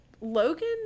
logan